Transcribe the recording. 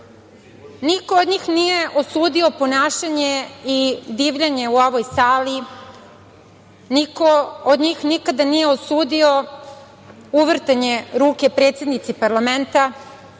od njih nije osudio ponašanje i divljanje u ovoj sali, niko od njih nikada nije osudio uvrtanje ruke predsednice parlamenta,